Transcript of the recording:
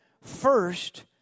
first